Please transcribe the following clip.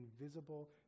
invisible